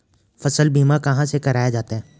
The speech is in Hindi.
फसल बीमा कहाँ से कराया जाता है?